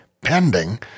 pending